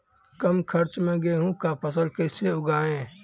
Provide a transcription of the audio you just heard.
कम खर्च मे गेहूँ का फसल कैसे उगाएं?